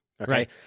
Okay